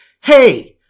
Hey